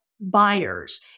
buyers